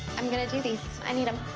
i'm gonna do these. i need em.